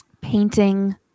painting